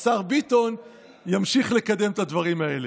השר ביטון ימשיך לקדם את הדברים האלה.